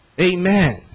amen